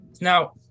Now